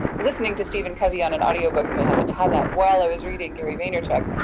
but listening to stephen covey on an audiobook because i happen to have that while i was reading gary vaynerchuk,